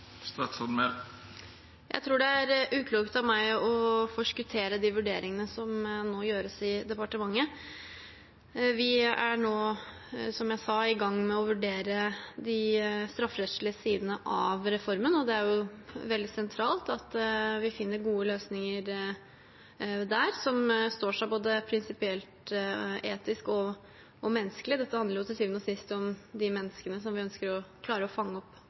Jeg tror det er uklokt av meg å forskuttere de vurderingene som nå gjøres i departementet. Vi er nå, som jeg sa, i gang med å vurdere de strafferettslige sidene av reformen, og det er veldig sentralt at vi der finner gode løsninger, som står seg både prinsipielt, etisk og menneskelig. Dette handler jo til syvende og sist om de menneskene vi ønsker å fange opp på en bedre måte enn i dag, både for å